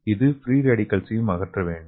இது ஃப்ரீ ரேடிக்கல்களையும் அகற்ற வேண்டும்